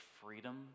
freedom